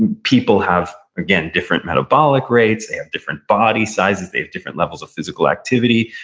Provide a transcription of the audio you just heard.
and people have, again, different metabolic rates, they have different body sizes, they have different levels of physical activity.